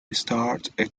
starred